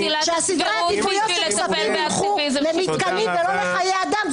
שסדרי העדיפויות שילכו למתקנים ולא לחיי אדם.